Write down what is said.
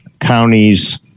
counties